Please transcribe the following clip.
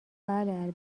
بله